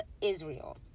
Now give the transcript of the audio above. Israel